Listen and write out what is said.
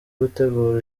gutegura